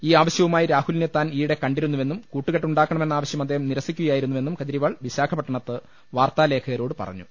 ഈ ആവശ്യവുമായി രാഹുലിനെ താൻ ഈയിടെ കണ്ടിരുന്നുവെന്നും കൂട്ടു കെട്ടുണ്ടാക്കണമെന്ന ആവശ്യം അദ്ദേഹം നിരസിക്കു കയാരുന്നുവെന്നും കെജ്രിവാൾ വിശാഖപട്ടണത്ത് വാർത്താലേഖകരോട് പറഞ്ഞു